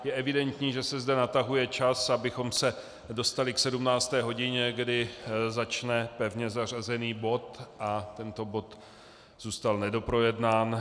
Je evidentní, že se zde natahuje čas, abychom se dostali k 17. hodině, kdy začne pevně zařazený bod, a tento bod zůstal nedoprojednán.